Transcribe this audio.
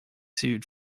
sued